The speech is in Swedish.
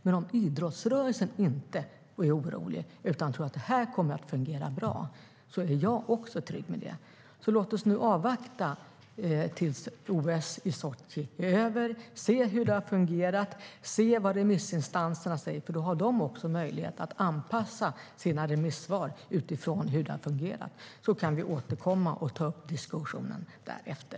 Men om man i idrottsrörelsen inte är orolig utan tror att detta kommer att fungera bra är jag också trygg med det. Låt oss nu avvakta tills OS i Sotji är över, se hur det har fungerat och vad remissinstanserna säger. Då har de också möjlighet att anpassa sina remissvar utifrån hur det har fungerat. Vi kan återkomma och ta upp diskussionen därefter.